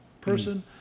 person